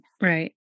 Right